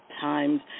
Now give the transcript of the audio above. times